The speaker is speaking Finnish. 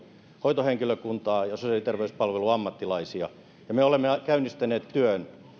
hoitohenkilökuntaa ja sosiaali ja terveyspalvelun ammattilaisia me olemme käynnistäneet työn